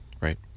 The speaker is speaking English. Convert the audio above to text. Right